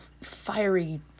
fiery